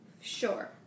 Sure